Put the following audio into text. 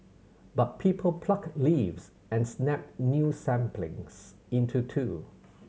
but people pluck leaves and snap new saplings into two